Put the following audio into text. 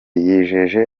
yijeje